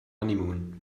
honeymoon